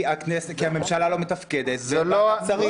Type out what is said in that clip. כי הממשלה לא מתפקדת וכי אין ועדת שרים.